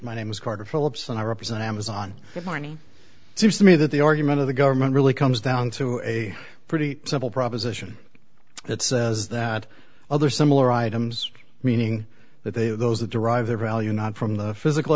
my name is carter phillips and i represent amazon morning seems to me that the argument of the government really comes down to a pretty simple proposition that says that other similar items meaning that they are those that derive their value not from the physical